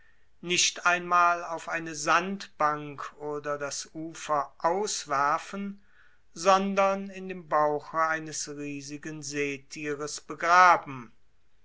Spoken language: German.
nicht einmal auf eine sandbank oder das ufer auswerfen sondern in dem bauche eines riesigen seethieres begraben